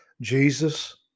Jesus